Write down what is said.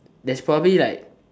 there's probably like